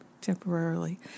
temporarily